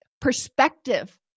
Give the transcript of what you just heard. perspective